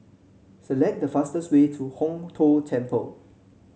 select the fastest way to Hong Tho Temple